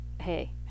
hey